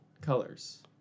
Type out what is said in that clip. colors